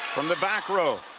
from the back row.